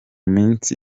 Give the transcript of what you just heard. minsi